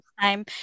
time